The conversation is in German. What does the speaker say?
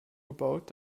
gebaut